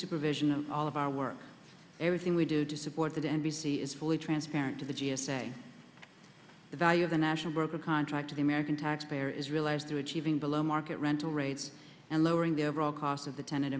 supervision of all of our work everything we do to support the n b c is fully transparent to the g s a the value of the national broke a contract to the american taxpayer is realized to achieving below market rental rates and lowering the overall cost of the tenet